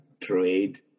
trade